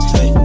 Hey